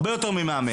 הרבה יותר ממאמן.